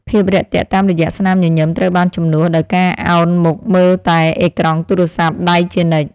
ភាពរាក់ទាក់តាមរយៈស្នាមញញឹមត្រូវបានជំនួសដោយការអោនមុខមើលតែអេក្រង់ទូរស័ព្ទដៃជានិច្ច។